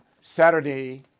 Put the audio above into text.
Saturday